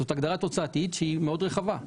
זאת הגדרה תוצאתית שהיא מאוד רחבה.